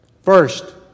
First